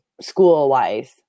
School-wise